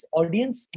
audience